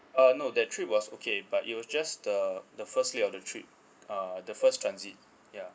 uh no that trip was okay but it was just the the first day of the trip uh the first transit ya